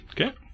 Okay